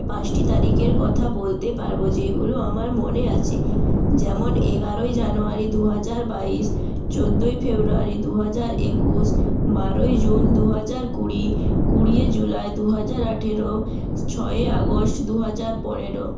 পাঁচটি তারিখের কথা বলতে পারবো যেগুলো আমার মনে আছে যেমন এগারোই জানুয়ারি দু হাজার বাইশ চোদ্দই ফেব্রুয়ারি দু হাজার একুশ বারই জুন দু হাজার কুড়ি কুড়ি জুলাই দু হাজার আঠেরো ছয়ই আগস্ট দু হাজার পনেরো